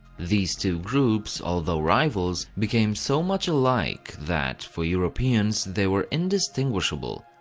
these two groups, although rivals, became so much alike that, for europeans they were indistinguishable.